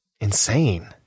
insane